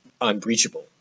unbreachable